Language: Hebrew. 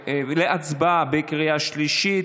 להצבעה על החוק בקריאה שלישית.